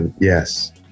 yes